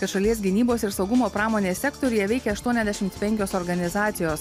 kad šalies gynybos ir saugumo pramonės sektoriuje veikia aštuoniasdešimt penkios organizacijos